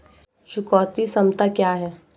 चुकौती क्षमता क्या है?